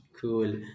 Cool